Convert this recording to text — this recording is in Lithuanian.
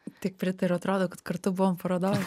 tik pritariu atrodo kad kartu buvome parodoj